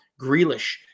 Grealish